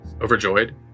overjoyed